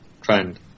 trend